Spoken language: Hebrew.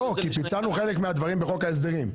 לא, כי פיצלנו חלק מהדברים בחוק ההסדרים.